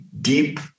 deep